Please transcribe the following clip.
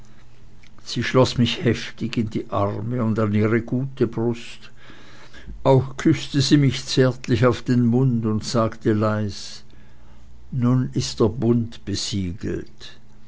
sie schloß mich heftig in die arme und an ihre gute brust auch küßte sie mich zärtlich auf den mund und sagte leis nun ist der bund besiegelt